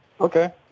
Okay